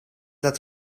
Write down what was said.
dat